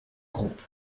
groupe